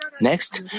Next